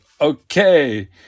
okay